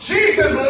Jesus